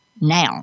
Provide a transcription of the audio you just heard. now